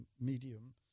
medium